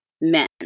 men